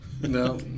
No